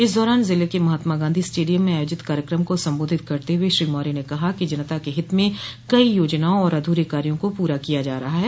इस दौरान जिले के महात्मा गांधी स्टेडियम में आयोजित कार्यक्रम को संबोधित करते हुए श्री मौर्य ने कहा कि जनता के हित में कई योजनाओं और अधूरे कार्यो को पूरा किया जा रहा है